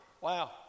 Wow